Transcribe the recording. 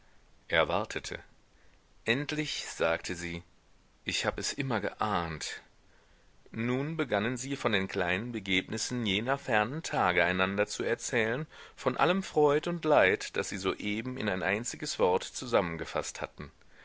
wartete endlich sagte sie ich hab es immer geahnt nun begannen sie von den kleinen begebnissen jener fernen tage einander zu erzählen von allem freud und leid das sie soeben in ein einziges wort zusammengefaßt hatten